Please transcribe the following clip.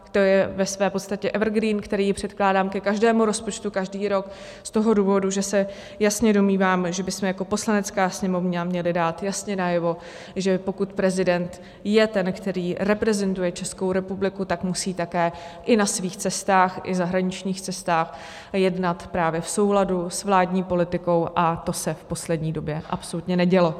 To je ve své podstatě evergreen, který je předkládán ke každému rozpočtu každý rok z toho důvodu, že se jasně domníváme, že bychom jako Poslanecká sněmovna měli dát jasně najevo, že pokud prezident je ten, který reprezentuje Českou republiku, tak musí také i na svých cestách, i zahraničních cestách, jednat právě v souladu s vládní politikou, a to se v poslední době absolutně nedělo.